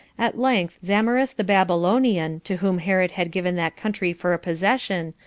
at length zamaris the babylonian, to whom herod had given that country for a possession,